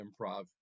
improv